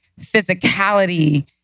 physicality